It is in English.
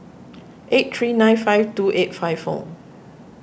eight three nine five two eight five four